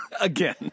Again